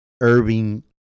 Irving